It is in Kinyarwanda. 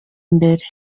imbere